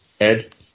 Ed